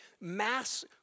mass